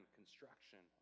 construction